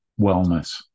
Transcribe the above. wellness